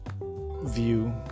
view